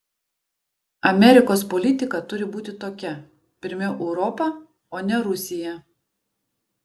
amerikos politika turi būti tokia pirmiau europa o ne rusija